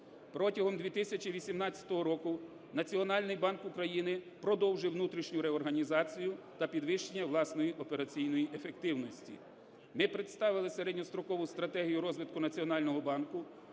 Протягом 2018 року Національний банк України продовжив внутрішню реорганізацію та підвищення власної операційної ефективності. Ми представили середньострокову стратегію розвитку Національного банку.